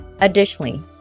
Additionally